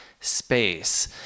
space